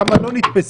כמה לא נתפסו?